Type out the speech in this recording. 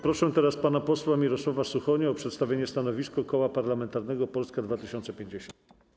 Proszę teraz pana posła Mirosława Suchonia o przedstawienie stanowiska Koła Parlamentarnego Polska 2050.